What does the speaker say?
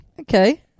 Okay